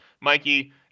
Mikey